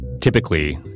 Typically